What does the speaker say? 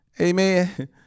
Amen